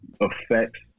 affects